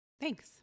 Thanks